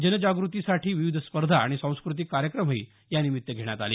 जनजागृती साठी विविध स्पर्धा आणि सांस्कृतिक कार्यक्रमही या निमित्त घेण्यात आले